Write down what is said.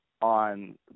on